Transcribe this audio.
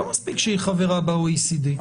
לא מספיק שהיא חברה ב-OECD.